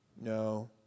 No